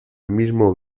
mismo